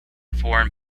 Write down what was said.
foreign